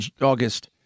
august